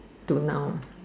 to now